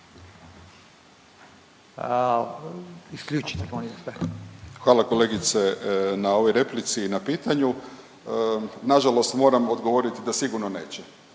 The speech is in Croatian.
Hvala kolegice na ovoj replici i na pitanju. Nažalost moram odgovorit da sigurno neće.